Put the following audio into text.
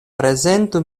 prezentu